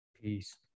Peace